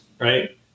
right